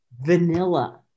vanilla